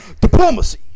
Diplomacy